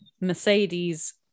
Mercedes